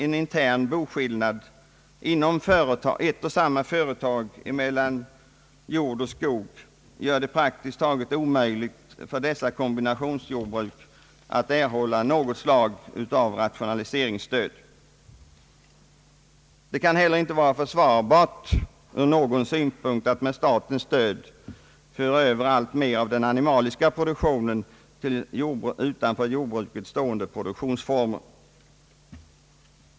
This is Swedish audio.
En intern boskillnad inom ett och samma företag mellan jord och skog leder till att det blir praktiskt taget omöjligt för ett s.k. kombinationsjordbruk att erhålla någon form av rationaliseringsstöd. Det kan inte heller ur någon synpunkt vara försvarbart att med statens stöd föra över alltmera av den animaliska produktionen till utanför jordbruket stående produktionsformer.